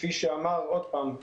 כפי שאמר האבא,